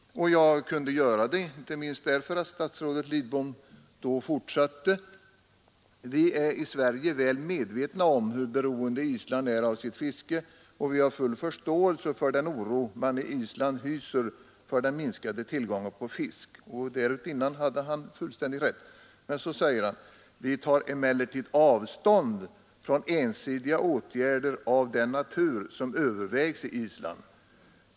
Jag kunde säga det inte minst därför att statsrådet Lidbom då förklarade: ”Vi är i Sverige väl medvetna om hur beroende Island är av sitt fiske och vi har full förståelse för den oro man i Island hyser för den minskade tillgången på fisk.” Därutinnan hade han fullständigt rätt. Men så säger han: ”Vi tar emellertid avstånd från ensidiga åtgärder av den natur som övervägs i Island.